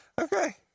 Okay